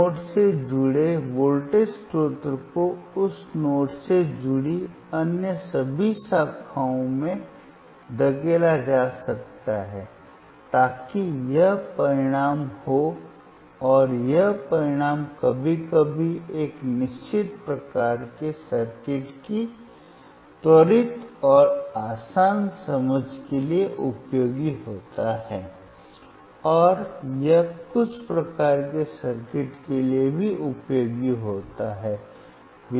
एक नोड से जुड़े वोल्टेज स्रोत को उस नोड से जुड़ी अन्य सभी शाखाओं में धकेला जा सकता है ताकि यह परिणाम हो और यह परिणाम कभी कभी एक निश्चित प्रकार के सर्किट की त्वरित और आसान समझ के लिए उपयोगी होता है और यह कुछ प्रकार के सर्किट के लिए भी उपयोगी होता है